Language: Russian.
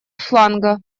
фланга